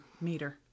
meter